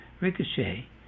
ricochet